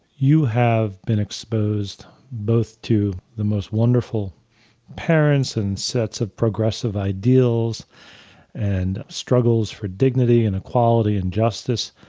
you have been exposed both to the most wonderful parents and sets of progressive ideals and struggles for dignity and equality and justice.